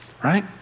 right